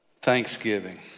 Thanksgiving